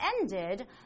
ended